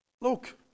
look